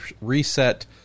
reset